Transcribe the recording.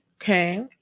Okay